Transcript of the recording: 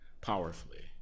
powerfully